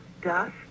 dust